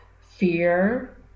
fear